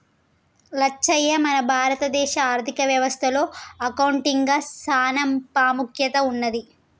లచ్చయ్య మన భారత దేశ ఆర్థిక వ్యవస్థ లో అకౌంటిగ్కి సాన పాముఖ్యత ఉన్నది